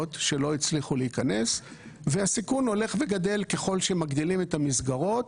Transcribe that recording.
מפלגות שלא הצליחו להיכנס והסיכון הולך וגדל ככל שמגדילים את המסגרות.